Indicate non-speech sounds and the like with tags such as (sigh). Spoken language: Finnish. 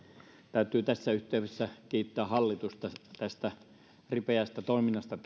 täytyy tässä yhteydessä kiittää hallitusta ripeästä toiminnasta (unintelligible)